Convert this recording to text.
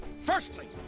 Firstly